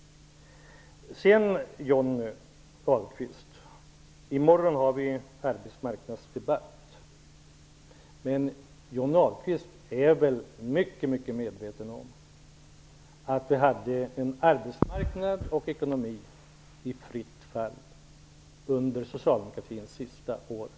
I morgon har vi arbetsmarknadsdebatt. Men Johnny Ahlqvist är väl medveten om att arbetsmarknaden och ekonomin befann sig i fritt fall utför under socialdemokratins sista år vid makten?